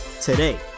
today